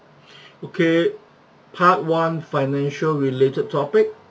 okay part one financial-related topic